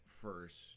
first